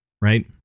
right